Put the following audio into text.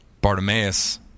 Bartimaeus